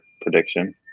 prediction